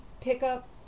pickup